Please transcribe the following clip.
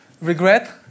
regret